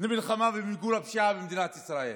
למלחמה ולמיגור הפשיעה במדינת ישראל.